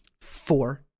Four